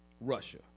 Russia